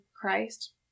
Christ